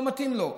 לא מתאים לו,